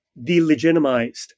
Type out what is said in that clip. delegitimized